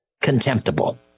Contemptible